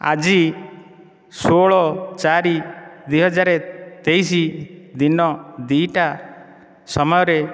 ଆଜି ଷୋଳ ଚାରି ଦୁଇହଜାର ତେଇଶ ଦିନ ଦୁଇଟା ସମୟରେ